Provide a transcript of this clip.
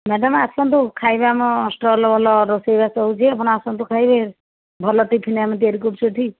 madam ଆସନ୍ତୁ ଖାଇବେ ଆମ ଷ୍ଟଲ ଭଲ ରୋଷେଇବାସ ହେଉଛି ଆପଣ ଆସନ୍ତୁ ଖାଇବେ ଭଲ ଟିଫିନ ଆମେ ତିଆରି କରୁଛୁ ଏଇଠି